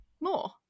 more